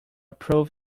proof